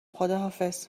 خداحافظ